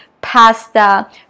pasta